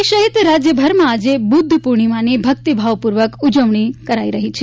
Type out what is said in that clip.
દેશ સહિત રાજ્યભરમાં આજે બુદ્ધ પૂર્ણિમાની ભક્તિભાવ પૂર્વક ઉજવણી કરાઈ છે